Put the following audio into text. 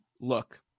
Look